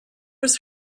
was